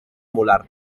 molar